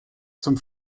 zum